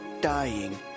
dying